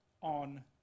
on